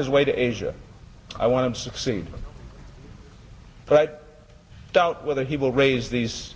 his way to asia i want to succeed but i doubt whether he will raise these